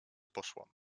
poszłam